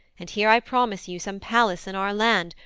and here i promise you some palace in our land,